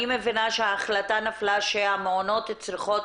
אני מבינה שההחלטה נפלה שהמעונות צריכות